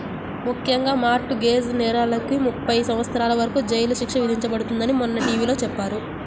ముఖ్యంగా mortgage నేరాలకు ముప్పై సంవత్సరాల వరకు జైలు శిక్ష విధించబడుతుందని మొన్న టీ.వీ లో చెప్పారు